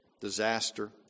disaster